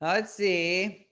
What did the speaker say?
let's see.